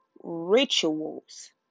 rituals